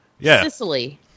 Sicily